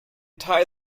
tie